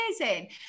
amazing